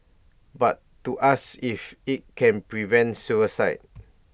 but to ask if IT can prevent suicide